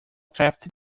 crafted